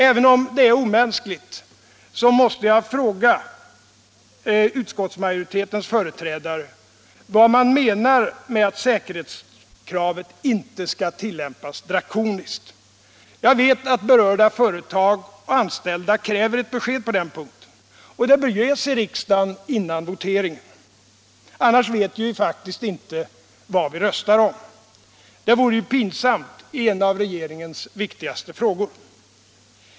Även om det är omänskligt måste jag fråga utskottsmajoritetens företrädare vad man menar med att säkerhetskravet inte skall tillämpas drakoniskt. Jag vet att berörda företag och anställda kräver ett besked på den punkten. Och det bör ges i riksdagen före voteringen. Annars vet vi faktiskt inte vad vi röstar om. Det vore ju pinsamt i en av regeringens viktigaste frågor.